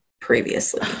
previously